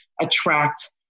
attract